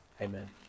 amen